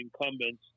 incumbents